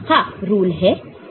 हां रूल है